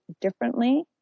differently